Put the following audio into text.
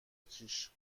کیش